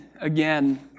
again